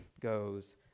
goes